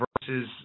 versus